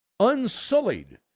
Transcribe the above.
unsullied